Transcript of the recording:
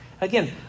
Again